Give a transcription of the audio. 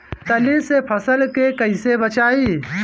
तितली से फसल के कइसे बचाई?